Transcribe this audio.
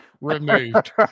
removed